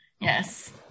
yes